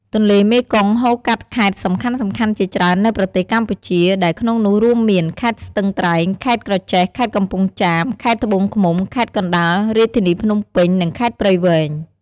ទន្លេមេគង្គហូរកាត់ខេត្តសំខាន់ៗជាច្រើននៅប្រទេសកម្ពុជា ដែលក្នុងនោះរួមមាន ខេត្តស្ទឹងត្រែង ខេត្តក្រចេះ ខេត្តកំពង់ចាម ខេត្តត្បូងឃ្មុំ ខេត្តកណ្តាល រាជធានីភ្នំពេញ និង ខេត្តព្រៃវែង។